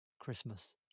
Christmas